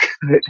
good